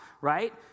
right